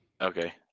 Okay